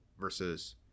versus